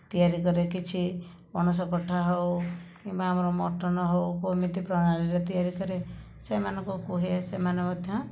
ତିଆରି କରେ କିଛି ପଣସ କଠା ହେଉ କିମ୍ବା ଆମର ମଟନ ହେଉ କେମିତି ପ୍ରଣାଳୀରେ ତିଆରି କରେ ସେମାନଙ୍କୁ କୁହେ ସେମାନେ ମଧ୍ୟ